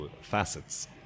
facets